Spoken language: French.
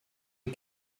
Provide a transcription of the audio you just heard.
les